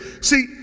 see